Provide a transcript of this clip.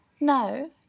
no